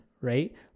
right